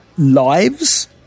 Lives